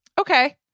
Okay